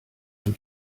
from